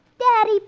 Daddy